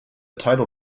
title